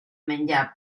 menjar